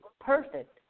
perfect